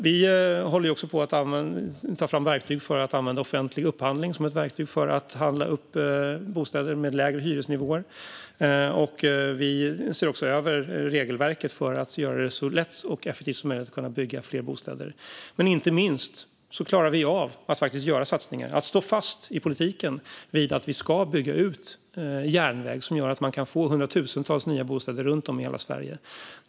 Vi jobbar också på att använda offentlig upphandling som ett verktyg för att handla upp bostäder med lägre hyresnivåer. Vi ser också över regelverket för att göra byggandet av fler bostäder så lätt och effektivt som möjligt. Inte minst klarar vi av att göra satsningar och att stå fast vid att vi ska bygga ut järnväg som gör att man kan få hundratusentals nya bostäder runt om i hela Sverige.